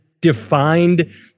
defined